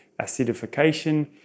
acidification